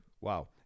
Wow